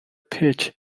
pitch